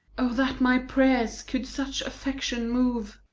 o that my prayers could such affection move!